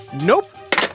Nope